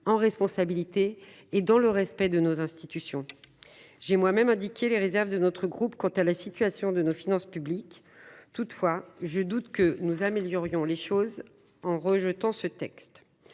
en responsabilité et dans le respect de nos institutions. J’ai moi même indiqué les réserves de notre groupe quant à la situation de nos finances publiques. Toutefois, je doute que nous améliorions les choses en rejetant ce texte.